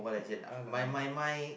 !alamak!